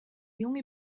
junge